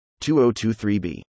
2023B